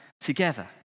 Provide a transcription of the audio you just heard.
together